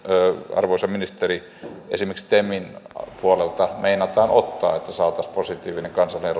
arvoisa ministeri esimerkiksi temin puolelta meinataan ottaa että saataisiin positiivinen kansallinen